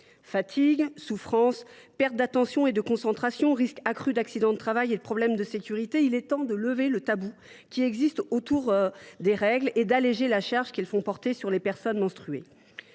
Fatigue, souffrance, perte d’attention et de concentration, risque accru d’accidents du travail et problèmes de sécurité : il est temps de lever le tabou qui existe sur les règles et d’alléger la charge qu’elles font porter sur les personnes menstruées.